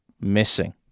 missing